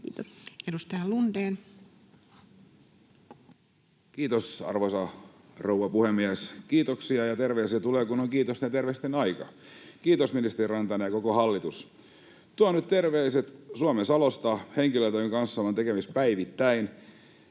Time: 13:50 Content: Kiitos, arvoisa rouva puhemies! Kiitoksia ja terveisiä tulee, kun on kiitosten ja terveisten aika. Kiitos, ministeri Rantanen ja koko hallitus. Tuon nyt terveiset Suomen Salosta henkilöltä, jonka kanssa olen tekemisissä päivittäin,